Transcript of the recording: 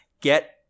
get